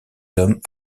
hommes